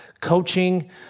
coaching